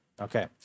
Okay